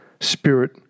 spirit